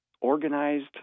organized